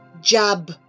Jab